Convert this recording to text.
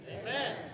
amen